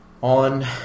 on